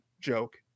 joke